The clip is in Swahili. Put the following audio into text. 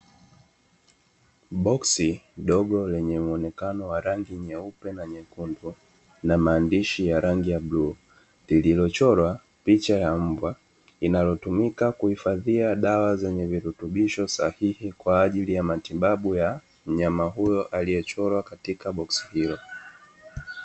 Boksi dogo lenye muonekano wa rangi nyeupe na nyekundu na maandishi ya rangi ya bluu lililochorwa picha ya mbwa, linalotumika kuhifadhia dawa zenye virutubisho sahihi kwa ajili ya matibabu ya mnyama huyo aliyechorwa katika boksi hilo.